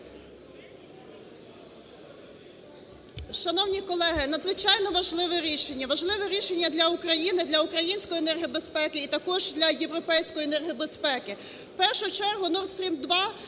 Шановні колеги, надзвичайно важливе рішення – важливе рішення для України, для української енергобезпеки і також для європейської енергобезпеки.